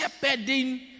shepherding